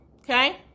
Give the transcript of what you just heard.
okay